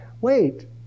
wait